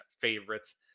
favorites